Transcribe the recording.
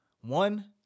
One